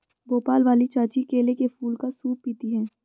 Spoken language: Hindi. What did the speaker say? भोपाल वाली चाची केले के फूल का सूप पीती हैं